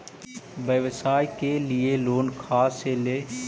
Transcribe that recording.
व्यवसाय के लिये लोन खा से ले?